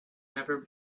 never